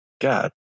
god